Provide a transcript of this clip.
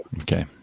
Okay